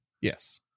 yes